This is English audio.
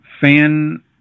fan